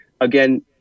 Again